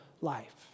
life